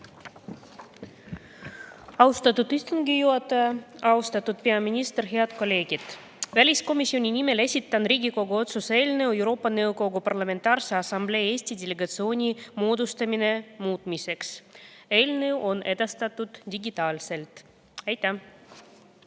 Austatud istungi juhataja! Austatud peaminister! Head kolleegid! Väliskomisjoni nimel esitan Riigikogu otsuse "Euroopa Nõukogu Parlamentaarse Assamblee Eesti delegatsiooni moodustamine" muutmise eelnõu. Eelnõu on edastatud digitaalselt. Aitäh!